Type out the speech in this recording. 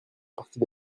partie